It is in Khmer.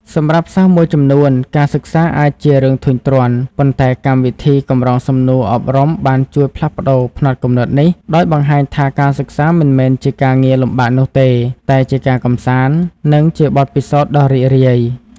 សម្រាប់សិស្សមួយចំនួន ការសិក្សាអាចជារឿងធុញទ្រាន់ ប៉ុន្តែកម្មវិធីកម្រងសំណួរអប់រំបានជួយផ្លាស់ប្តូរផ្នត់គំនិតនេះ ដោយបង្ហាញថាការសិក្សាមិនមែនជាការងារលំបាកនោះទេ តែជាការកម្សាន្ត និងជាបទពិសោធន៍ដ៏រីករាយ។